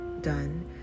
done